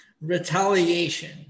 Retaliation